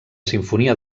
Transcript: simfonia